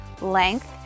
length